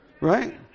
Right